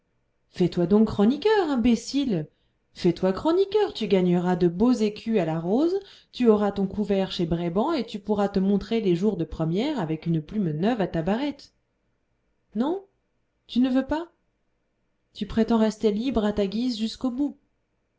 fais-toi donc chroniqueur imbécile fais-toi chroniqueur tu gagneras de beaux écus à la rose tu auras ton couvert chez brébant et tu pourras te montrer les jours de première avec une plume neuve à ta barrette non tu ne veux pas tu prétends rester libre à ta guise jusqu'au bout